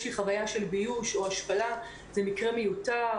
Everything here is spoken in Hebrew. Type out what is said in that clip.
חוויה של ביוש או השפלה הוא מקרה מיותר.